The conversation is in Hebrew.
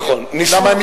למה,